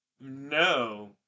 no